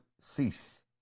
cease